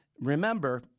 remember